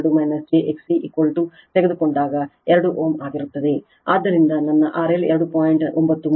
2 j XC ತೆಗೆದುಕೊಂಡ 2 Ω ಆಗಿರುತ್ತದೆ ಆದ್ದರಿಂದ ನನ್ನ RL 2